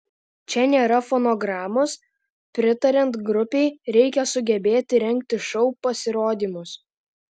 čia nėra fonogramos pritariant grupei reikia sugebėti rengti šou pasirodymus